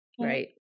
right